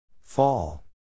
Fall